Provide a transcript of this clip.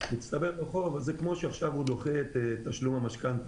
להצטבר חוב אז זה כמו שהוא דוחה את תשלום המשכנתא.